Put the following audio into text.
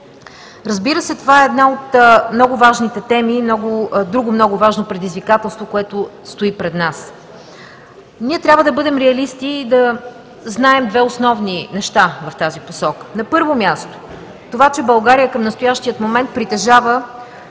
Разбира се, това е една от много важните теми, друго много важно предизвикателство, което стои пред нас. Ние трябва да бъдем реалисти и да знаем две основни неща в тази посока. На първо място, това, че България към настоящия момент притежава